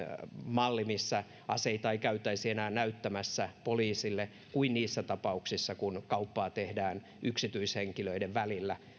malli missä aseita ei käytäisi enää näyttämässä poliisille kuin niissä tapauksissa kun kauppaa tehdään yksityishenkilöiden välillä